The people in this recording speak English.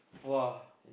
!wah!